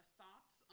thoughts